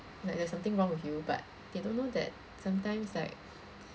like there's something wrong with you but they don't know that sometimes like